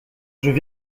viens